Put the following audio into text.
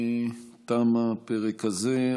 תם הפרק הזה.